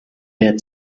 der